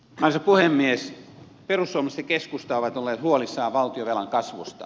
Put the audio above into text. perussuomalaiset ja keskusta ovat olleet huolissaan valtionvelan kasvusta